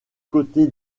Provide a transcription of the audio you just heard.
côté